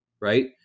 right